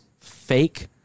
fake